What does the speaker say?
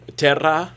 terra